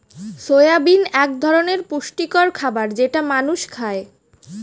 soybean এক ধরনের পুষ্টিকর খাবার যেটা মানুষ খায়